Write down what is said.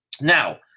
Now